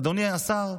אדוני השר,